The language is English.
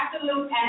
absolute